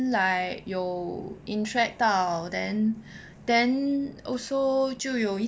like 有 interact 到 then then also 就有